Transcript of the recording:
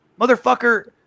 Motherfucker